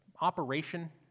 Operation